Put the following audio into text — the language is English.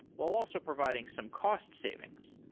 while also providing some cost savings.